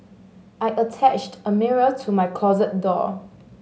I attached a mirror to my closet door